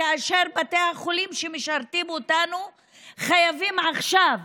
וכאשר בתי החולים שמשרתים אותנו חייבים עכשיו